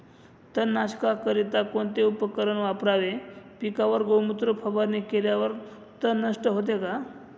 तणनाशकाकरिता कोणते उपकरण वापरावे? पिकावर गोमूत्र फवारणी केल्यावर तण नष्ट होते का?